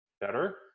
better